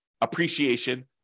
appreciation